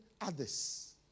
others